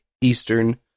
Eastern